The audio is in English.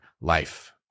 life